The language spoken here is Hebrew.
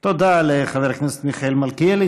תודה לחבר הכנסת מיכאל מלכיאלי.